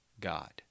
God